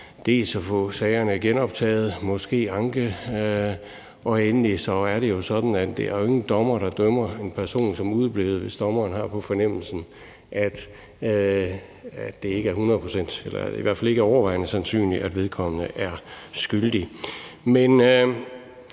for at få sagerne genoptaget og måske anket, og endelig er det jo sådan, at der ikke er nogen dommere, der dømmer en person som udeblevet, hvis dommeren har på fornemmelsen, at det ikke er overvejende sandsynligt, at vedkommende er skyldig.